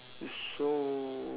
so